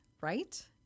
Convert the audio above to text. Right